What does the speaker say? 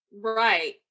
Right